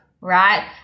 right